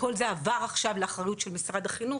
כל זה עבר עכשיו לאחריות של משרד החינוך,